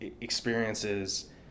experiences